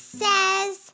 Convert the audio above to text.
says